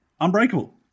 Unbreakable